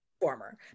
former